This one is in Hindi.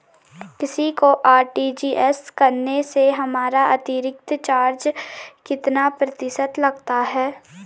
किसी को आर.टी.जी.एस करने से हमारा अतिरिक्त चार्ज कितने प्रतिशत लगता है?